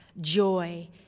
joy